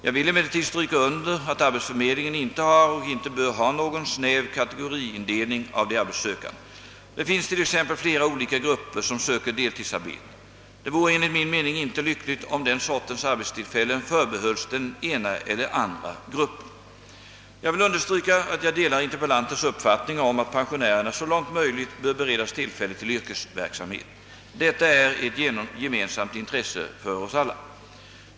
Jag vill emellertid stryka under att arbetsförmedlingen inte har och inte bör ha någon snäv kategoriindelning av de arbetssökande. Det finns t.ex. flera olika grupper som söker deltidsarbete. Det vore enligt min mening inte lyckligt, om den sortens arbetstillfällen förbehölls den ena eller den andra gruppen. Jag vill understryka att jag delar interpellantens uppfattning om att pensionärerna så långt möjligt bör beredas tillfälle till yrkesverksamhet. Detta är ett gemensamt intresse för oss alla.